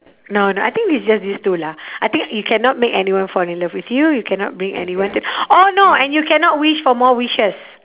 no no I think it's just these two lah I think you cannot make anyone fall in love with you you cannot bring anyone to orh no and you cannot wish for more wishes